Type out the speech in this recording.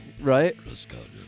Right